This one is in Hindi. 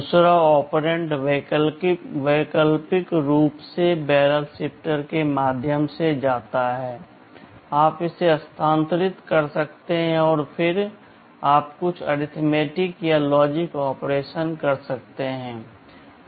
दूसरा ऑपरेंड वैकल्पिक रूप से बैरल शिफ्टर के माध्यम से जाता है आप इसे स्थानांतरित कर सकते हैं और फिर आप कुछ अरिथमेटिक या लॉजिक ऑपरेशन्स कर सकते हैं